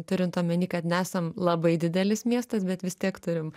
turint omeny kad nesam labai didelis miestas bet vis tiek turim